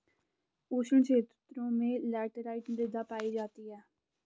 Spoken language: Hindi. उष्ण क्षेत्रों में लैटराइट मृदा पायी जाती है